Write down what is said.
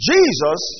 Jesus